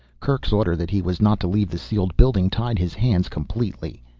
kerk's order that he was not to leave the sealed building tied his hands completely.